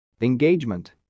Engagement